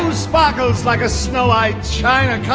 sparkles like a snow eyed china